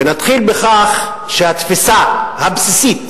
ונתחיל בכך שהתפיסה הבסיסית